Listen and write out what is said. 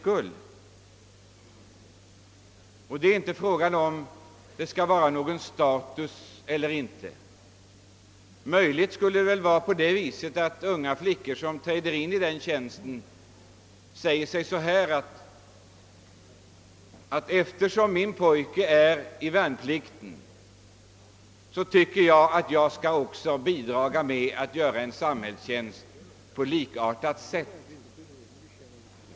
Frågan är inte om det skall vara någon status eller inte. Möjligen skulle det kunna vara på det sättet att unga flickor som träder in i den här tjänsten resonerar så här: Eftersom min pojke gör värnplikten, tycker jag att jag bör göra en samhällstjänst på likartat sätt.